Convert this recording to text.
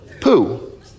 poo